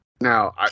Now